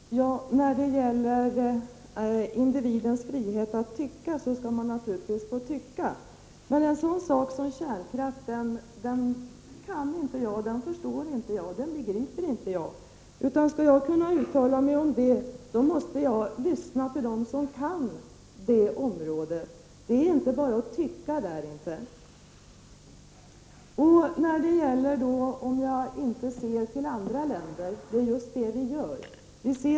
Herr talman! När det gäller individens frihet att tycka skall man naturligtvis få ha en åsikt. Men en sådan fråga som kärnkraften är någonting som jag inte förstår. Om jag skall kunna uttala mig om den måste jag lyssna på dem som kan det området. Det är inte bara att tycka! När det gäller frågan om jag inte ser till andra länder vill jag säga att det är just det vi gör.